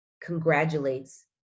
congratulates